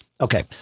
Okay